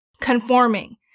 conforming